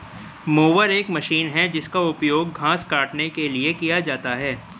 mower एक machine है जिसका उपयोग घास काटने के लिए किया जाता है